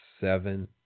seven